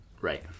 Right